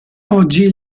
oggi